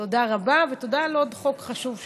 תודה רבה, ותודה על עוד חוק חשוב שלך.